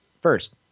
first